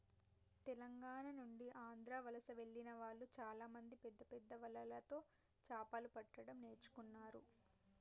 తెలంగాణ నుండి ఆంధ్ర వలస వెళ్లిన వాళ్ళు చాలామంది పెద్దపెద్ద వలలతో చాపలు పట్టడం నేర్చుకున్నారు